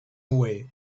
away